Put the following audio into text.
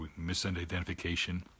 misidentification